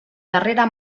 darrera